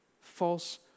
False